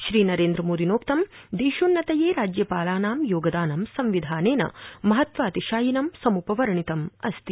श्री नरेन्द्रमोदिनोक्तं देशोन्नतये राज्यपालानां योगदानं संविधानेन महत्वातिशायिनं समुपवर्णितमस्ति